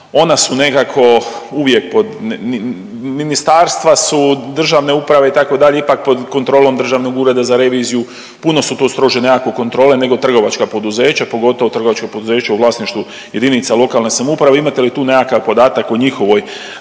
Ona su nekako uvijek pod, ministarstva su državne uprave itd. ipak pod kontrolom Državnog ureda za reviziju, puno su tu strože nekako kontrole nego trgovačka poduzeća, pogotovo trgovačka poduzeća u vlasništvu jedinica lokalne samouprave. Imate li tu nekakav podatak o njihovoj,